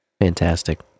fantastic